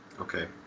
Okay